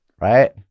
right